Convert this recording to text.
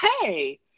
hey